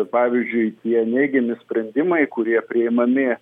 pavyzdžiui tie neigiami sprendimai kurie priimami